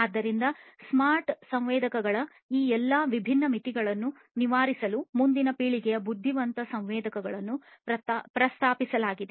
ಆದ್ದರಿಂದ ಸ್ಮಾರ್ಟ್ ಸಂವೇದಕಗಳ ಈ ಎಲ್ಲಾ ವಿಭಿನ್ನ ಮಿತಿಗಳನ್ನು ನಿವಾರಿಸಲು ಮುಂದಿನ ಪೀಳಿಗೆಯ ಬುದ್ಧಿವಂತ ಸಂವೇದಕಗಳನ್ನು ಪ್ರಸ್ತಾಪಿಸಲಾಗಿದೆ